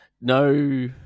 No